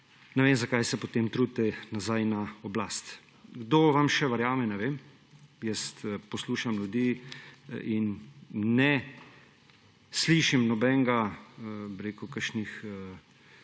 ne vem, zakaj se potem trudite priti nazaj na oblast. Kdo vam še verjame, ne vem. Jaz poslušam ljudi in ne slišim nobenega, kakšnih